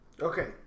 Okay